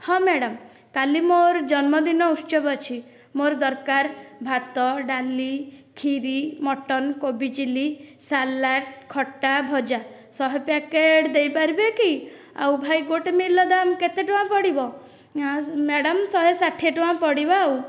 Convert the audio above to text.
ହଁ ମ୍ୟାଡ଼ାମ କାଲି ମୋର ଜନ୍ମଦିନ ଉତ୍ସଵ ଅଛି ମୋର ଦରକାର ଭାତ ଡାଲି ଖିରି ମଟନ କୋବି ଚିଲି ସାଲାଡ଼ ଖଟା ଭଜା ଶହେ ପ୍ୟାକେଟ୍ ଦେଇପାରିବେ କି ଆଉ ଭାଇ ଗୋଟିଏ ମିଲ୍ ର ଦାମ କେତେ ଟଙ୍କା ପଡ଼ିବ ମ୍ୟାଡ଼ାମ ଶହେ ଷାଠିଏ ଟଙ୍କା ପଡ଼ିବ ଆଉ